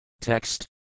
Text